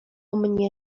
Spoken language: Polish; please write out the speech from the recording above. mnie